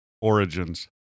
Origins